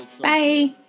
Bye